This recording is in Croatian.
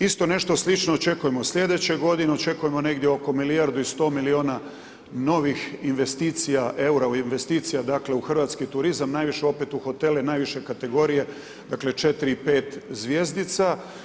Isto nešto slično očekujemo sljedeće godine, očekujemo negdje oko milijardu i 100 milijuna novih investicija, eura investicija dakle u hrvatski turizam, najviše opet u hotele, najviše kategorije dakle 4 i 5 zvjezdica.